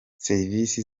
serivisi